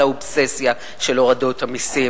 קיצוץ שנובע מהאובססיה של הורדות המסים